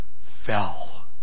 fell